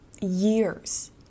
years